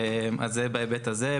זה בהיבט הזה.